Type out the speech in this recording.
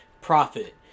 profit